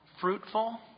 fruitful